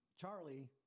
Charlie